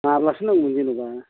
माब्लासिम नांगौमोन जेनेबा